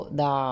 da